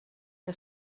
que